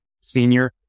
senior